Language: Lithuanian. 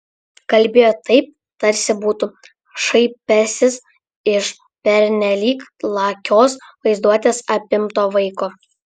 kalbėjo taip tarsi būtų šaipęsis iš pernelyg lakios vaizduotės apimto vaiko